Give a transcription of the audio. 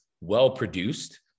well-produced